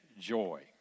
joy